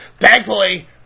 Thankfully